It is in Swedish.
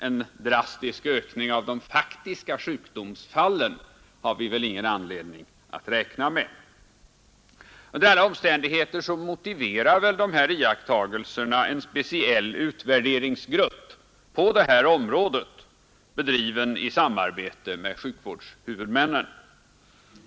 En drastisk ökning av de faktiska sjukdomsfallen har vi väl ingen anledning att räkna med. Under alla omständigheter motiverar de gjorda iakttagelserna en utvärdering utförd av en speciell arbetsgrupp i samarbete med sjukvårdshuvudmännen.